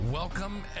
Welcome